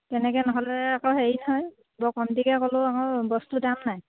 তেনেকে নহ'লে আকৌ হেৰি নহয় বৰ কমটিকৈ ক'লেও আকৌ বস্তুৰ দাম নাই